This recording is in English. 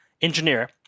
engineer